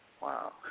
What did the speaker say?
Wow